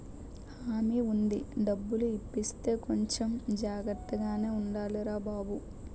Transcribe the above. హామీ ఉండి డబ్బులు ఇప్పిస్తే కొంచెం జాగ్రత్తగానే ఉండాలిరా బాబూ